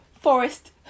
Forest